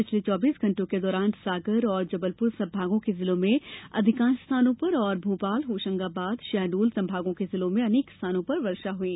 पिछले चौबीस घंटो के दौरान सागर और जबलपुर संभागों के जिलों में अधिकांश स्थानों और भोपाल होशंगाबाद और शहडोल संभागों के जिलों में अनेक रथानों पर वर्षा हई